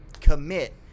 commit